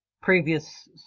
previous